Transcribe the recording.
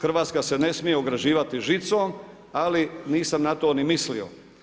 Hrvatska se ne smije ograđivati žicom, ali nisam na to ni mislio.